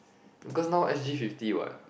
cause now S_G fifty what